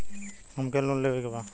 हमके लोन लेवे के बा?